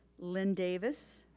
lynn davis,